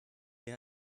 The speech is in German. wer